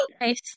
nice